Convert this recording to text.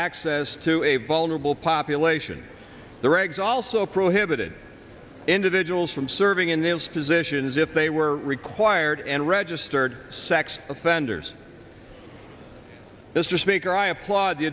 access to a vulnerable population the regs also prohibited individuals from serving in the u s positions if they were required and registered sex offenders mr speaker i applaud